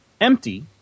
empty